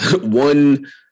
one